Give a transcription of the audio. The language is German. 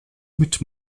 mit